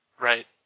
right